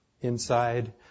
inside